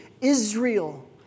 Israel